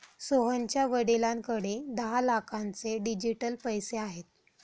सोहनच्या वडिलांकडे दहा लाखांचे डिजिटल पैसे आहेत